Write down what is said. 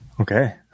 Okay